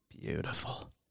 Beautiful